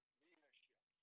leadership